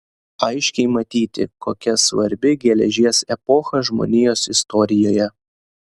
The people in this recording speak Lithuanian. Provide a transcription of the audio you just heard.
aiškiai matyti kokia svarbi geležies epocha žmonijos istorijoje